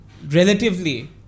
relatively